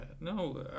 no